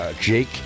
Jake